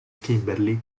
kimberly